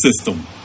system